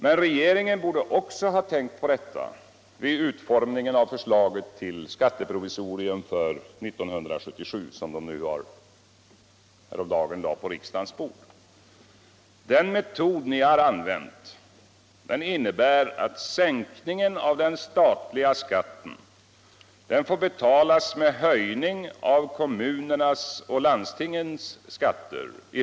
Men regeringen borde också ha tänkt på detta vid utformningen av det förslag till skatteprovisorium för 1977 som häromdagen lades på riksdagens bord. Den metod ni har använt innebär att sänkningen av den statliga skatten i hög grad får betalas med höjningar av kommunernas och landstingens skatter.